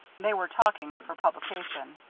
they were talking for publication.